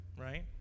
right